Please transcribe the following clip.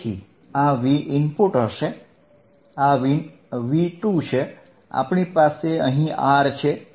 તેથી આ Vin હશે આ V2 હશે આપણી પાસે અહીં R છે